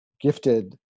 gifted